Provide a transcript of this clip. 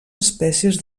espècies